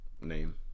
name